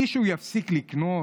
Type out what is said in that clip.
/ מישהו יפסיק לקנות?